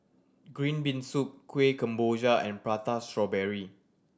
green bean soup Kueh Kemboja and Prata Strawberry